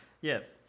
Yes